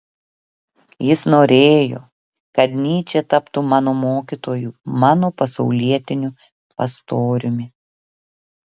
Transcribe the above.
jis norėjo kad nyčė taptų mano mokytoju mano pasaulietiniu pastoriumi